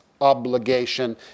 obligation